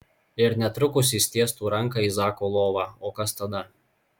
ir netrukus jis tiestų ranką į zako lovą o kas tada